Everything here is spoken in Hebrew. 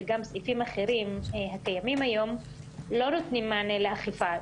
וגם סעיפים אחרים הקיימים היום לא נותנים מענה לאכיפה.